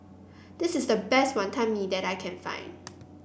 this is the best Wantan Mee that I can find